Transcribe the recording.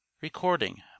Recording